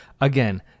Again